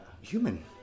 human